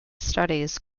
studies